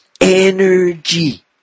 energy